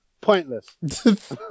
pointless